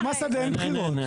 במסעדה אין בחירות.